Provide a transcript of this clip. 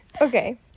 okay